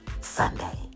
Sunday